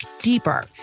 deeper